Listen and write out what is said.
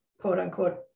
quote-unquote